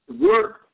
work